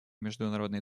международной